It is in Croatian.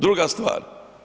Druga stvar.